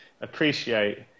appreciate